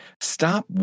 stop